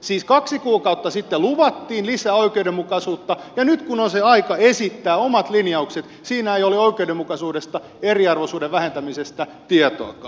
siis kaksi kuukautta sitten luvattiin lisää oikeudenmukaisuutta ja nyt kun on se aika esittää omat linjaukset siinä ei ole oikeudenmukaisuudesta eriarvoisuuden vähentämisestä tietoakaan